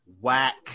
Whack